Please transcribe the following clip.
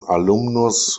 alumnus